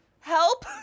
help